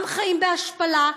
גם חיים בהשפלה,